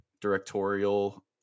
directorial